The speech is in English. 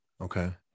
Okay